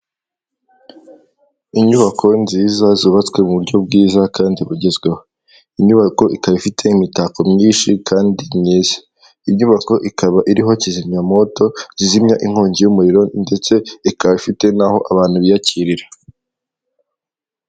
Inyubako nziza zubatswe mu buryo bwiza kandi bugezweho, inyubako ikaba ifite imitako myinshi kandi myiza, inyubako ikaba iriho kizimyammowoto zizimya inkongi y'umuriro ndetse ikaba ifite n'aho abantu biyakirira.